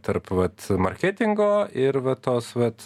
tarp vat marketingo ir va tos vat